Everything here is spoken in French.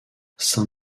saint